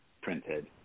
printed